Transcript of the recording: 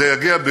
זה יגיע,